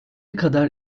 kadar